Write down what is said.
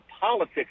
politics